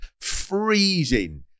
freezing